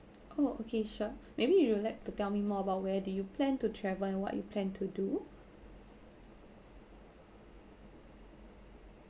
oh okay sure maybe you would like to tell me more about where do you plan to travel and what you plan to do